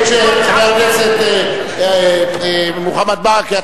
חבר הכנסת מוחמד ברכה,